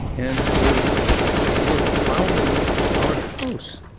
and we're we're fouling our house